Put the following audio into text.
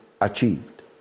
achieved